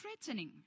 threatening